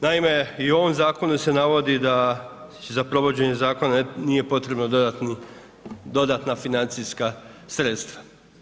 Naime, i u ovom zakonu se navodi da za provođenje zakona nije potrebno dodatna financijska sredstva.